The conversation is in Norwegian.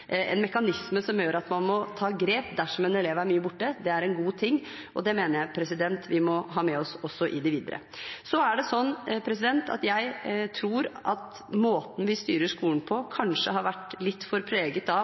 en mekanisme som gjør at man må ta grep dersom en elev er mye borte, er en god ting, og det mener jeg vi må ha med oss også i det videre. Jeg tror at måten vi styrer skolen på, kanskje har vært litt for mye preget av